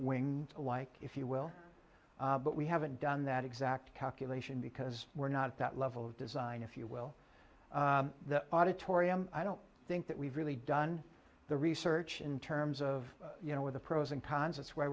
wing like if you will but we haven't done that exact calculation because we're not that level of design if you will the auditorium i don't think that we've really done the research in terms of you know with the pros and cons that's why